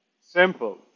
simple